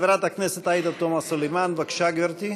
חברת הכנסת עאידה תומא סלימאן, בבקשה, גברתי.